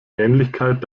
ähnlichkeit